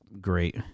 great